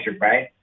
right